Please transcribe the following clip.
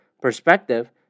perspective